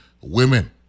women